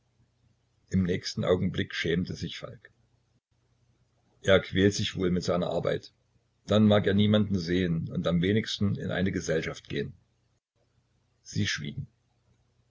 im nächsten augenblick schämte sich falk er quält sich wohl mit seiner arbeit dann mag er niemanden sehen und am wenigsten in eine gesellschaft gehen sie schwiegen